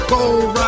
Gold